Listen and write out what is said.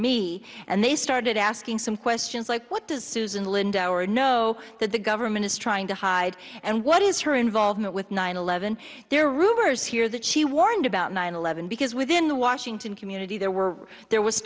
me and they started asking some questions like what does susan lindauer know that the government is trying to hide and what is her involvement with nine eleven there are rumors here that she warned about nine eleven because within the washington community there were there was